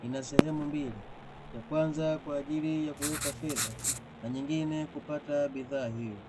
ina sehemu mbili ya kwanza kwa ajili ya kuweka fedha na nyingine kupata bidhaa hiyo.